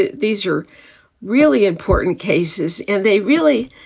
ah these are really important cases and they really